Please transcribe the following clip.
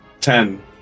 Ten